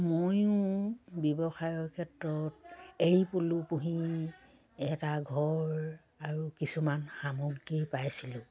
ময়ো ব্যৱসায়ৰ ক্ষেত্ৰত এৰী পলু পুহি এটা ঘৰ আৰু কিছুমান সামগ্ৰী পাইছিলোঁ